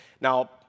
Now